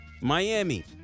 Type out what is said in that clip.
Miami